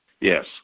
Yes